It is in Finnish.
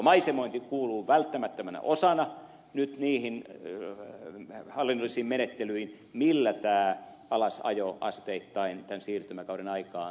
maisemointi kuuluu välttämättömänä osana nyt niihin hallinnollisiin menettelyihin millä alasajo asteittain tämän siirtymäkauden aikaan sitten tulee tapahtumaan